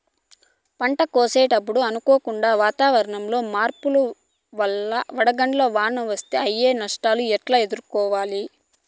పంట కోసినప్పుడు అనుకోకుండా వాతావరణంలో మార్పుల వల్ల వడగండ్ల వాన వస్తే అయ్యే నష్టాలు ఎట్లా ఎదుర్కోవాలా?